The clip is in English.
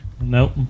Nope